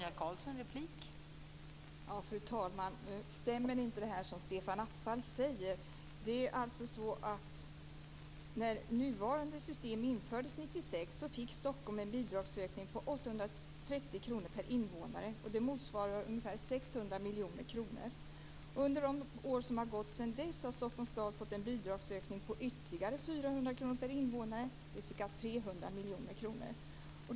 Fru talman! Det som Stefan Attefall säger stämmer inte. När nuvarande system infördes 1996 fick Det motsvarar ungefär 600 miljoner kronor. Under de år som har gått sedan dess har Stockholms stad fått en bidragsökning på ytterligare 400 kr per invånare. Det är ca 300 miljoner kronor.